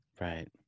Right